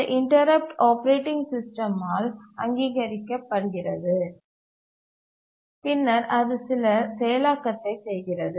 இந்த interrupt operating சிஸ்டமால் அங்கீகரிக்கப்படுகிறது பின்னர் அது சில செயலாக்கத்தை செய்கிறது